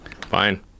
Fine